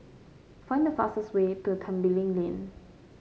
find the fastest way to Tembeling Lane